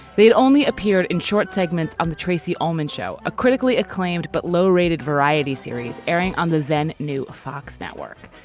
they had only appeared in short segments on the tracey ullman show a critically acclaimed but low rated variety series airing on the then new fox network.